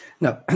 no